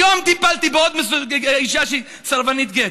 היום טיפלתי בעוד אישה שהיא סרבנית גט.